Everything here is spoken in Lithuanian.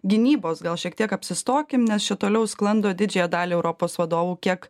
gynybos gal šiek tiek apsistokim nes čia toliau sklando didžiąją dalį europos vadovų kiek